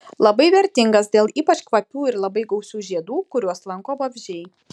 labai vertingas dėl ypač kvapių ir labai gausių žiedų kuriuos lanko vabzdžiai